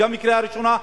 גם בקריאה ראשונה,